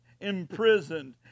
imprisoned